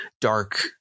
dark